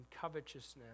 covetousness